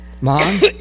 Mom